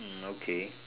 hmm okay